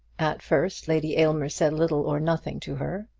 at first lady aylmer said little or nothing to her.